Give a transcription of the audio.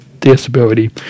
disability